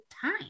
time